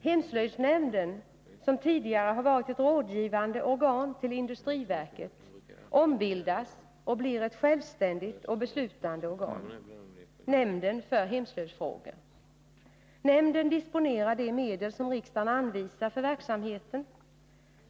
Hemslöjdsnämnden, som tidigare har varit ett rådgivande organ till industriverket, ombildas och blir ett självständigt och beslutande organ, nämnden för hemslöjdsfrågor. Nämnden disponerar de medel som riksdagen anvisar för verksamheten.